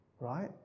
right